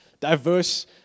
diverse